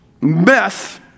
mess